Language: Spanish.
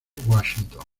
washington